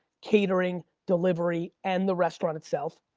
catering, delivery, and the restaurant itself,